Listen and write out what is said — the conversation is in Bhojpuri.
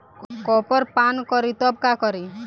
कॉपर पान करी तब का करी?